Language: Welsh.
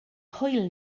hwyl